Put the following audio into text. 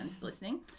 listening